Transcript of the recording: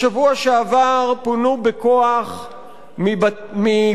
בשבוע שעבר פונו בכוח מבית